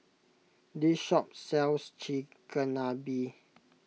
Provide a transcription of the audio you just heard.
this shop sells Chigenabe